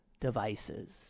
devices